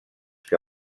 que